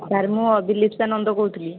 sir ମୁଁ ଅଭିଲିସ୍ପା ନନ୍ଦ କହୁଥିଲି